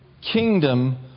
kingdom